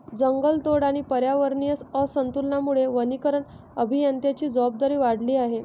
जंगलतोड आणि पर्यावरणीय असंतुलनामुळे वनीकरण अभियंत्यांची जबाबदारी वाढली आहे